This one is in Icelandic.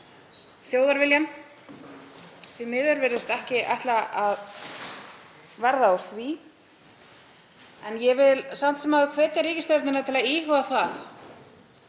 þjóðarviljann. Því miður virðist ekki ætla að verða úr því. Ég vil samt sem áður hvetja ríkisstjórnina til að íhuga það,